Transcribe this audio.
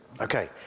Okay